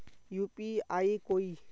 UPI कोई